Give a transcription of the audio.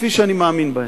כפי שאני מאמין בהם.